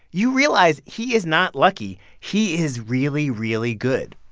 you realize he is not lucky. he is really, really good.